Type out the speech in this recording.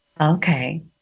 Okay